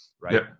right